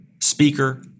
speaker